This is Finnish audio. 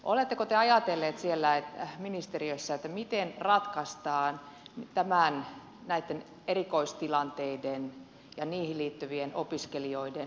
oletteko te ajatelleet siellä ministeriössä miten ratkaistaan näitten erikoistilanteiden ja niihin liittyvien opiskelijoiden opiskelutilanne